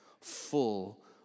full